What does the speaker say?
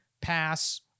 pass